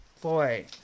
Boy